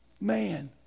man